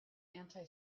anti